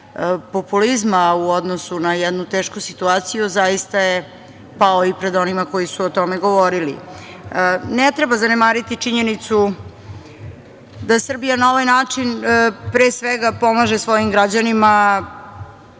populizma u odnosu na jednu tešku situaciju, zaista je pao i pred onima koji su o tome govorili. Ne treba zanemariti činjenicu da Srbija na ovaj način pre svega pomaže svojim građanima.